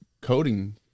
coding